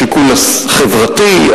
השיקול החברתי,